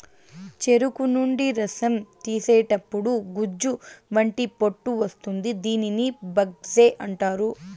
చెరుకు నుండి రసం తీసేతప్పుడు గుజ్జు వంటి పొట్టు వస్తుంది దీనిని బగస్సే అంటారు